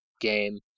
game